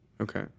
Okay